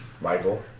Michael